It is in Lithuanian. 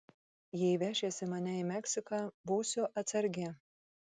jei vešiesi mane į meksiką būsiu atsargi